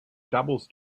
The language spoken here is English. doubles